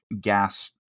gas